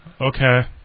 Okay